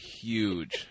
huge